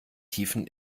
tiefen